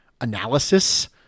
analysis